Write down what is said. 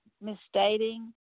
misstating